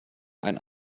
einen